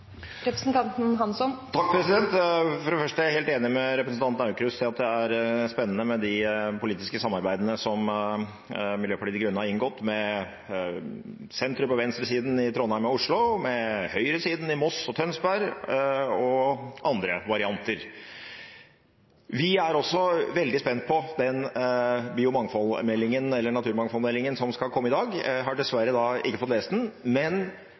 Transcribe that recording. For det første er jeg helt enig med representanten Aukrust i at det er spennende med det politiske samarbeidet som Miljøpartiet De Grønne har inngått med sentrum og venstresiden i Trondheim og Oslo, med høyresiden i Moss og Tønsberg, og andre varianter. Vi er også veldig spent på den naturmangfoldmeldingen som skal komme i dag. Jeg har dessverre ikke fått lest den, men